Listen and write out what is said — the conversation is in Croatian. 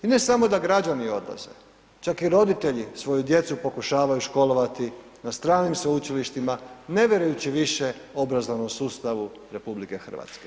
I ne samo da građani odlaze, čak i roditelji svoju djecu pokušavaju školovati na stranim sveučilištima, ne vjerujući više, obrazovnom sustavu RH.